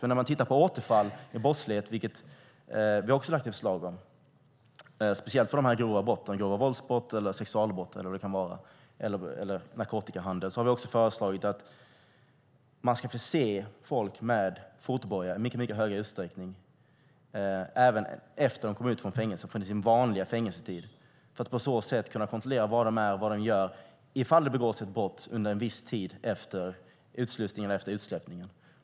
Om vi tittar på återfall i brottslighet, speciellt de grova brotten, som grova våldsbrott, sexualbrott eller narkotikahandel, har vi föreslagit att man ska förse folk med fotboja i mycket större utsträckning även efter att de har kommit ut från fängelset, efter fängelsetiden, för att man ska kunna kontrollera var de är och vad de gör om det begås ett brott under en viss tid efter utsläppandet.